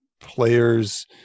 players